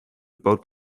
poot